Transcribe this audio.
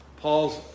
Paul's